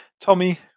Tommy